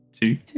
two